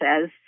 says